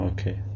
Okay